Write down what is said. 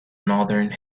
northern